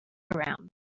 around